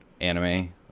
anime